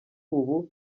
ubu